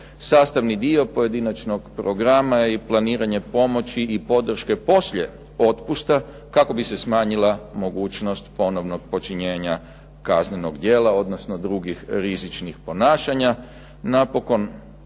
Sastavni dio pojedinačnog programa i planiranje pomoći i podrške poslije otpusta kako bi se smanjila mogućnost ponovnog počinjenja kaznenog djela, odnosno drugih rizičnih ponašanja. Napokon